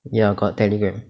ya got Telegram